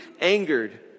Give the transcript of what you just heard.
angered